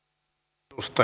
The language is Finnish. arvoisa